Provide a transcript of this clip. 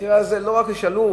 במקרה הזה לא רק נשאלו,